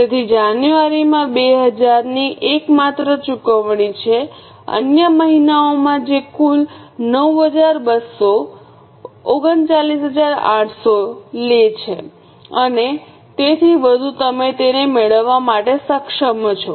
તેથી જાન્યુઆરીમાં 2000 ની એકમાત્ર ચુકવણી છેઅન્ય મહિનાઓમાં જે કુલ 9200 39800 લે છે અને તેથી વધુ તમે તેને મેળવવા માટે સક્ષમ છો